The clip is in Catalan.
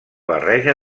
barreja